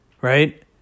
Right